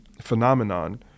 phenomenon